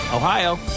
Ohio